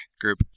group